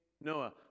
noah